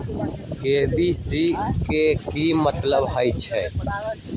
KYC के कि मतलब होइछइ?